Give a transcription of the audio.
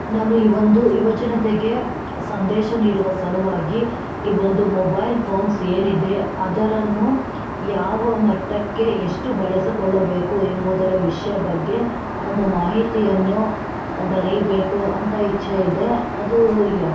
ನಾನು ಈ ಒಂದು ಯುವ ಜನತೆಗೆ ಸಂದೇಶ ನೀಡುವ ಸಲುವಾಗಿ ಈ ಒಂದು ಮೊಬೈಲ್ ಫೋನ್ಸ್ ಏನಿದೆ ಅದನ್ನು ಯಾವ ಮಟ್ಟಕ್ಕೆ ಎಷ್ಟು ಬಳಸಿಕೊಳ್ಳಬೇಕು ಎಂಬುದರ ವಿಷಯ ಬಗ್ಗೆ ಒಂದು ಮಾಹಿತಿಯನ್ನು ಬರೀಬೇಕು ಅಂತ ಇಚ್ಛೆ ಇದೆ ಅದು ಯಾ